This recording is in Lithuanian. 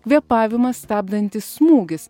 kvėpavimą stabdantis smūgis